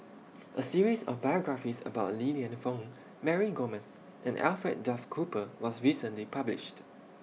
A series of biographies about Li Lienfung Mary Gomes and Alfred Duff Cooper was recently published